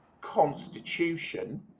constitution